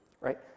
Right